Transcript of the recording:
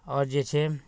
आओर जे छै